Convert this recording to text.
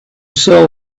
sell